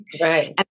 right